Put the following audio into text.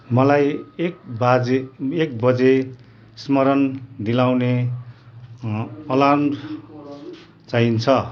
मलाई एक बजे एक बजे स्मरण दिलाउने अलार्म चाहिन्छ